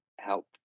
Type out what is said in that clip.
help